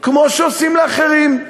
כמו לאחרים,